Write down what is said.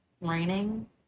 raining